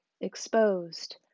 exposed